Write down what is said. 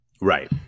Right